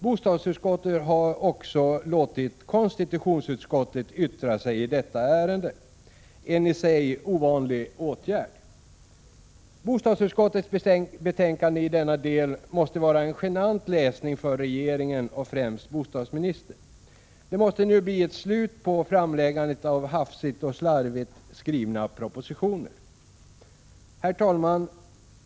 Bostadsutskottet har också låtit konstitutionsutskottet yttra sig i detta ärende, eni sig ovanlig åtgärd. Bostadsutskottets betänkande i denna del måste vara en genant läsning för regeringen, främst för bostadsministern. Det måste nu bli — Prot. 1986/87:50 ett slut på framläggandet av hafsigt och slarvigt skrivna propositioner. 16 december 1986 Herr talman!